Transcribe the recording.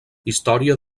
història